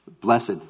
Blessed